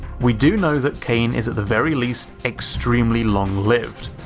we do know that kane is at the very least extremely long-lived,